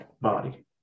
body